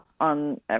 on